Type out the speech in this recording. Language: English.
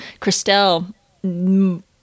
Christelle